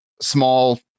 small